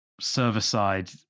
server-side